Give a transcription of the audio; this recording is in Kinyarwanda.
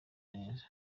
neza